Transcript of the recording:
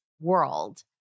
world